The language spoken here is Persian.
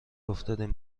افتادیم